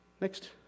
Next